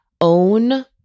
own